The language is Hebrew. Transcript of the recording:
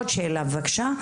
עוד שאלה בבקשה,